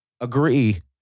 agree